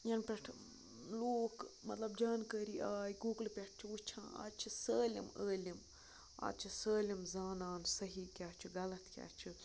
یَنہٕ پٮ۪ٹھٕ لوٗکھ مطلب جانکٲری آے گوٗگلہٕ پٮ۪ٹھ چھُ وٕچھان آز چھِ سٲلِم عٲلِم آز چھِ سٲلِم زانان صحیح کیٛاہ چھُ غلط کیٛاہ چھِ